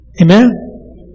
Amen